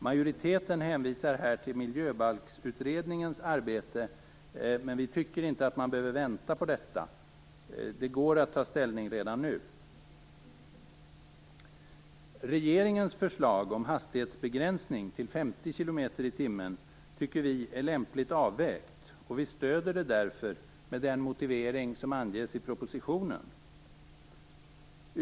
Majoriteten hänvisar här till Miljöbalksutredningens arbete, men vi tycker inte att man behöver vänta på detta. Det går att ta ställning redan nu. 50 km i timmen tycker vi är lämpligt avvägt, och vi stöder det därför med den motivering som anges i propositionen.